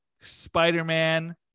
Spider-Man